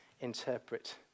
interpret